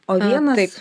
o vienas